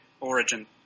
origin